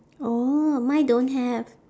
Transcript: orh mine don't have